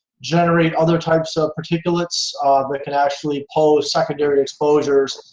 generate other types of particulates that can actually pose secondary exposures,